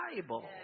bible